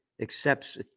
accepts